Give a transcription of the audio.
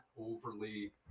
overly